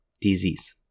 disease